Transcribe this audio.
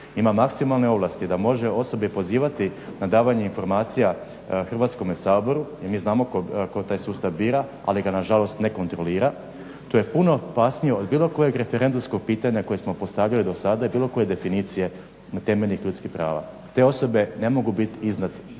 ima maksimalne ovlasti da može osobe pozivati na davanje informacija Hrvatskome saboru. I mi znamo tko taj sustav bira ali ga na žalost ne kontrolira. To je puno opasnije od bilo kojeg referendumskog pitanja koje smo postavili do sada i bilo koje definicije temeljnih ljudskih prava. Te osobe ne mogu biti izvan